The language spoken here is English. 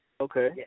Okay